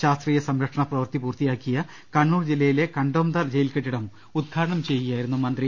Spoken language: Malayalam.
ശാസ്ത്രീയ സംരക്ഷണ പ്രവൃത്തി പൂർത്തിയാ ക്കിയ കണ്ണൂർ ജില്ലയിലെ കണ്ടോംദാർ ജയിൽ കെട്ടിടം ഉദ്ഘാടനം ചെയ്യുകയായിരുന്നു മന്ത്രി